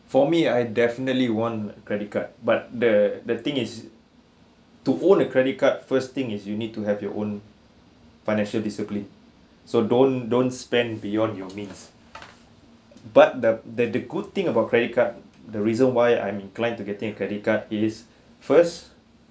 for me I definitely want credit card but the the thing is to own a credit card first thing is you need to have your own financial discipline so don't don't spend beyond your means but the the the good thing about credit card the reason why I'm inclined to getting a credit card is first